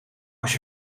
als